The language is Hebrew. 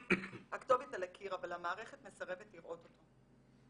הכתובת על הקיר אבל המערכת מסרבת לראות אותה.